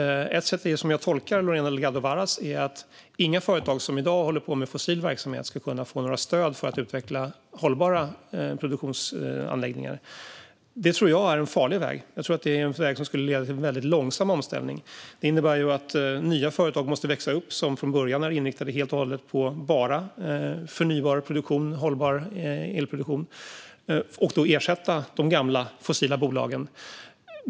Ett sätt, som jag tolkar det som att Lorena Delgado Varas menar, är att inga företag som i dag håller på med fossil verksamhet ska kunna få några stöd för att utveckla hållbara produktionsanläggningar. Det tror jag är en farlig väg. Jag tror att det är en väg som skulle leda till en väldigt långsam omställning. Det innebär ju att nya företag måste växa upp som från början är helt och hållet inriktade på bara förnybar produktion och hållbar elproduktion och att de skulle ersätta de gamla, fossila bolagen.